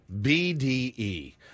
BDE